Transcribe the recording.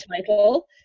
title